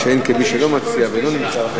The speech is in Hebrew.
מה שאין כן מי שלא מודיע ולא נמצא,